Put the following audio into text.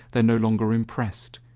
they're no longer impressed.